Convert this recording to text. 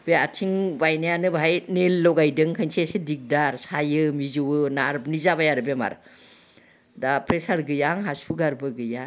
बे आथिं बायनायानो बाहाय नेइल लगायदों खोनसेसो दिगदार सायो मिजौओ नार्भनि जाबाय आरो बेमार दा प्रेसार गैया आंहा सुगारबो गैया